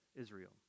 Israel